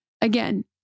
Again